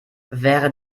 wäre